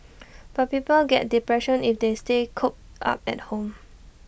but people get depression if they stay cooped up at home